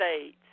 States